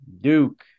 Duke